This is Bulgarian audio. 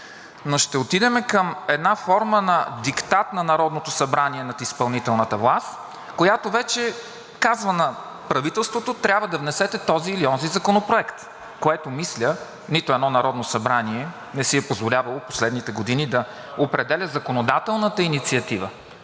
но ще отидем към една форма на диктат на Народното събрание над изпълнителната власт, която вече казва на правителството: трябва да внесете този или онзи законопроект, което, мисля, нито едно Народно събрание не си е позволявало последните години – да определя законодателната инициатива,